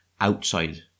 outside